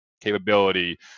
capability